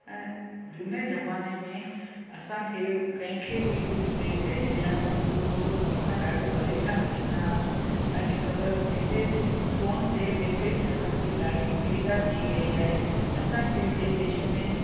ऐं झूने जमाने में असांखे कंहिंखे बि कुझु बि मेसिज ॾेयणो हूंदो हुओ त असां ॾाढो परेशानु थींदा हुआसीं अॾकल्ह मैसिज फोन ते मेसिज करण जी ॾाढी सुविधा थी वई आहे असांखे ॿिए देश में